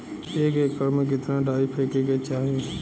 एक एकड़ में कितना डाई फेके के चाही?